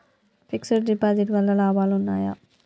Fix డ్ deposit వల్ల లాభాలు ఉన్నాయి?